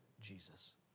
Jesus